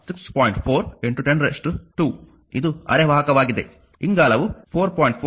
4102 ಇದು ಅರೆವಾಹಕವಾಗಿದೆ ಇಂಗಾಲವು 4